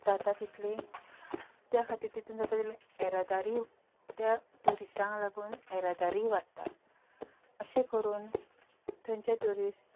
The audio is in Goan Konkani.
जाता तितली त्या खातीर तितून भितर जर तेगेलें त्या ट्युरिस्टांक लागून येरादारी वाडटा अशें करून थंयचे ट्युरिस्ट